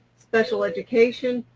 special education,